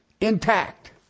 intact